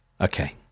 Okay